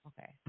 okay